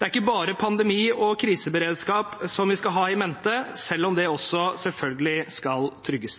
Det er ikke bare pandemi og kriseberedskap vi skal ha i mente, selv om det selvfølgelig også skal trygges.